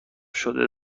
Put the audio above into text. شده